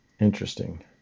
interesting